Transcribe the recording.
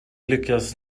lyckas